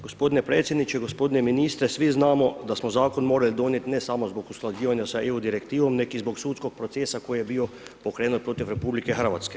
Gospodine predsjedniče, gospodine ministre svi znamo da smo zakon morali donijeti ne samo zbog usklađivanja sa EU Direktivom nego i zbog sudskog procesa koji je bio pokrenut protiv RH.